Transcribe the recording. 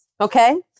okay